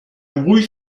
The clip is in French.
brouille